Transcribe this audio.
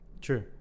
True